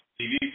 TV